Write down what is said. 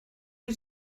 wyt